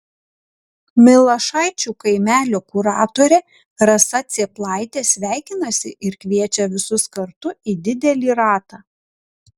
milašaičių kaimelio kuratorė rasa cėplaitė sveikinasi ir kviečia visus kartu į didelį ratą